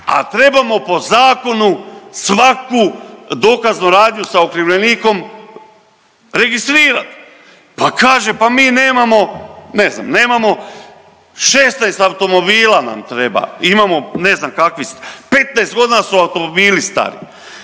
a trebamo po zakonu svaku dokaznu radnju sa okrivljenikom registrirati. Pa kaže, pa mi nemamo, ne znam, nemamo 16 automobila nam treba, imamo ne znam kakvih, .../nerazumljivo/... 15 godina su automobili stari.